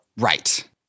Right